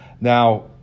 now